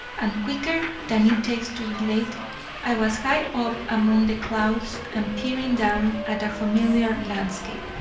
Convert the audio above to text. and quicker than it takes to relate i was high up among the clouds and peering down at a familiar landscape.